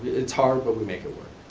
it's hard, but we make it work.